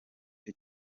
cyo